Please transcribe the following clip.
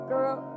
Girl